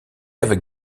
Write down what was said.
avec